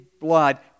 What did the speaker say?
blood